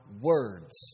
words